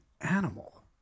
animal